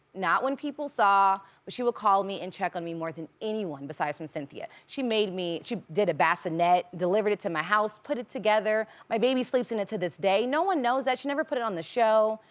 not when people saw, but she would call me and check on me more than anyone besides from cynthia. she made me, she did a bassinet, delivered it to my house, put it together. my baby sleeps in it to this day. no one knows that she never put it on the show.